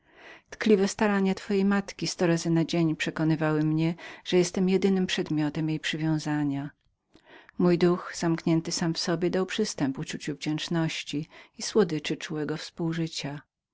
tkliwe starania twojej matki sto razy na dzień przekonywały mnie że byłem jedynym przedmiotem jej przywiązania mój duch zamknięty sam w sobie dał przystęp uczuciu wdzięczności słodyczy